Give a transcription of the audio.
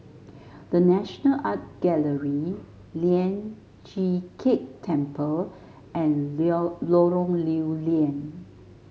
The National Art Gallery Lian Chee Kek Temple and Lorong Lew Lian